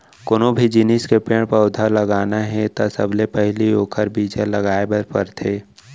कोनो भी जिनिस के पेड़ पउधा लगाना हे त सबले पहिली ओखर बीजा लगाए बर परथे